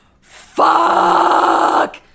fuck